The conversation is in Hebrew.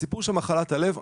הסיפור של מחלת הלב,